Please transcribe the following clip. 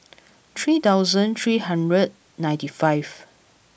three thousand three hundred ninety five